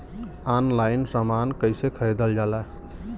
Online समान कैसे खरीदल जाला?